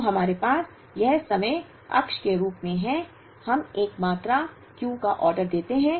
तो हमारे पास यह समय अक्ष के रूप में है हम एक मात्रा Q का ऑर्डर देते हैं